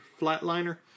flatliner